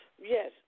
Yes